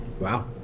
wow